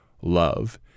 love